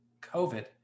COVID